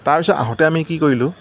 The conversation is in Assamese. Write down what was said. তাৰপাছত আহোঁতে আমি কি কৰিলোঁ